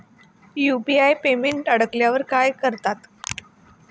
UPI payment अडकल्यावर काय करतात?